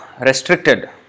Restricted